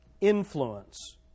influence